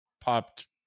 popped